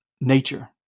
nature